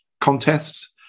contest